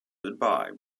goodbye